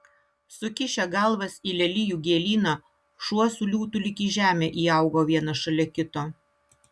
sukišę galvas į lelijų gėlyną šuo su liūtu lyg į žemę įaugo vienas šalia kito